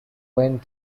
went